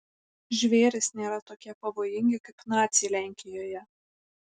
žvėrys nėra tokie pavojingi kaip naciai lenkijoje